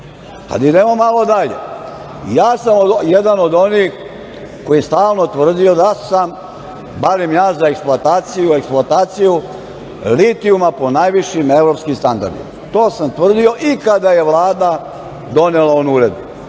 idemo malo dalje, ja sam jedan od onih koji je stalno tvrdio da sam ja za eksploataciju litijuma po najvišim evropskim standardima. To sam tvrdio i kada je Vlada donela onu uredbu.